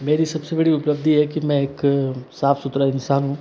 मेरी सबसे बड़ी उपलब्धि ये है कि मैं एक साफ़ सुथरा इंसान हूँ